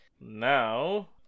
now